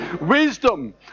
Wisdom